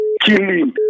killing